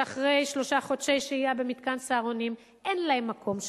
שאחרי שלושה חודשי שהייה במתקן "סהרונים" אין להם מקום שם,